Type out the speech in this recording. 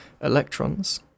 electrons